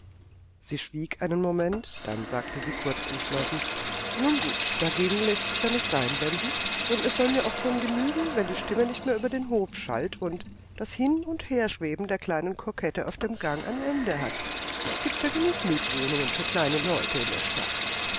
sie schwieg einen moment dann sagte sie kurz entschlossen nun gut dagegen läßt sich ja nichts einwenden und es soll mir auch schon genügen wenn die stimme nicht mehr über den hof schallt und das hin und herschweben der kleinen kokette auf dem gange ein ende hat es gibt ja genug mietwohnungen für kleine leute in der stadt